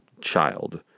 child